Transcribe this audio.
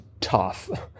tough